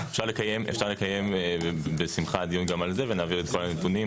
אפשר לקיים בשמחה דיון גם על זה ונעביר את כל הנתונים,